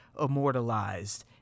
immortalized